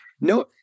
no